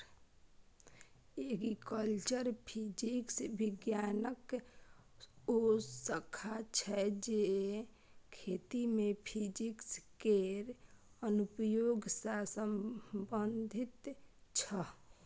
agriculture physics बिज्ञानक ओ शाखा छै जे खेती मे फिजिक्स केर अनुप्रयोग सँ संबंधित छै